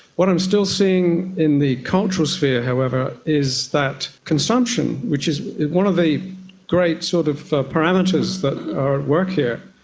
what i'm still seeing in the cultural sphere however is that consumption, which is one of the great sort of ah parameters that are at work here,